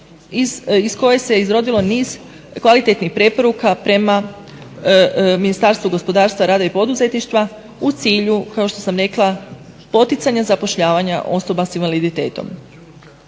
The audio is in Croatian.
iz koje se izrodilo niz kvalitetnih preporuka prema Ministarstvu gospodarstva, rada i poduzetništva u cilju, kao što sam rekla, poticanja zapošljavanja osoba s invaliditetom.